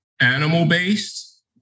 animal-based